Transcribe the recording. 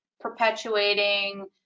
perpetuating